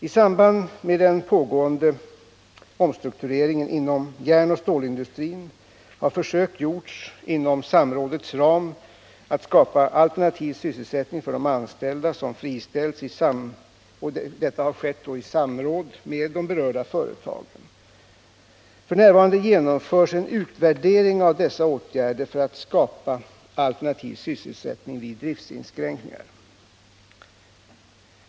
I samband med den pågående omstruktureringen inom järnoch stålindustrin har försök gjorts inom samrådets ram att skapa alternativ sysselsättning för de anställda som friställs. F. n. genomförs en utvärdering av dessa åtgärder för att skapa alternativ sysselsättning vid driftsinskränkningar.